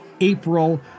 April